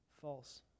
false